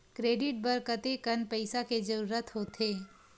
Credit बर कतेकन पईसा के जरूरत होथे?